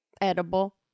edible